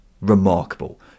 remarkable